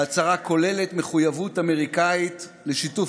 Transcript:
ההצהרה כוללת מחויבות אמריקאית לשיתוף